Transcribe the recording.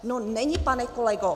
No není, pane kolego!